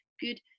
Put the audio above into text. good